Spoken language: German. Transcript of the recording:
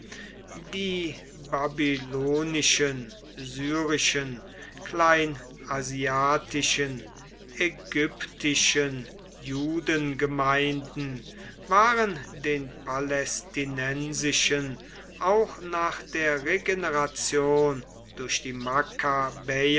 die babylonischen syrischen kleinasiatischen ägyptischen judengemeinden waren den palästinensischen auch nach der regeneration durch die